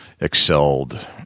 excelled